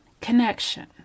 connection